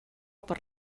per